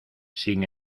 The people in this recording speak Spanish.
sin